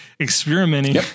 experimenting